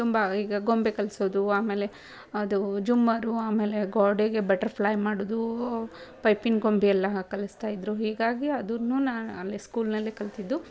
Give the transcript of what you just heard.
ತುಂಬ ಈಗ ಗೊಂಬೆ ಕಲಿಸೋದು ಆಮೇಲೆ ಅದು ಜೂಮರ್ ಆಮೇಲೆ ಗೋಡೆಗೆ ಬಟರ್ಫ್ಲೈ ಮಾಡೋದು ಪೈಪಿನ ಗೊಂಬೆ ಎಲ್ಲ ಕಲಿಸ್ತಾ ಇದ್ದರು ಹೀಗಾಗಿ ಅದನ್ನೂ ನಾನು ಅಲ್ಲೇ ಸ್ಕೂಲ್ನಲ್ಲೇ ಕಲಿತಿದ್ದು